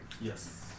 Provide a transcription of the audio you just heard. Yes